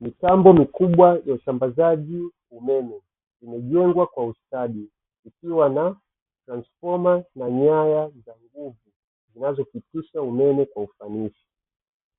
Mitambo mikubwa ya usambazaji umeme limejengwa kwa ustadi ikiwa na transfoma na nyaya za nguvu zinazopitisha umeme kwa ufanisi.